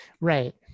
Right